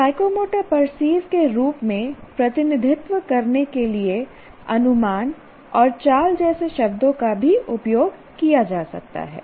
psychomotor perceive के रूप में प्रतिनिधित्व करने के लिए अनुमान और चाल जैसे शब्दों का भी उपयोग किया जा सकता है